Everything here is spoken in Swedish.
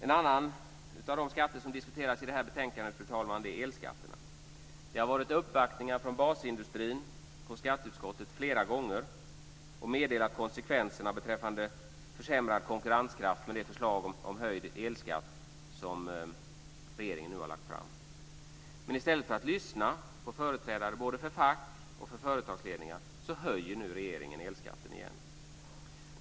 En annan av de skatter som diskuteras i det här betänkandet, fru talman, är elskatten. Det har varit uppvaktningar från basindustrin hos skatteutskottet flera gånger. Man har meddelat att konsekvenserna blir försämrad konkurrenskraft med det förslag om höjd elskatt som regeringen nu har lagt fram. Men i stället för att lyssna på företrädare både för fack och för företagsledningar höjer nu regeringen elskatten igen.